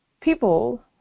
people